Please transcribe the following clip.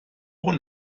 poren